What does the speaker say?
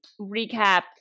recap